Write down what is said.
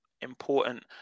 important